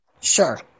Sure